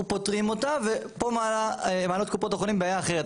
פותרים אותה ופה מעלות קופות החולים בעיה אחרת.